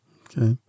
okay